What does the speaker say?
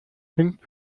hängt